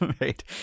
right